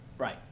Right